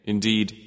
Indeed